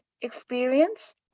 experience